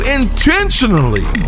intentionally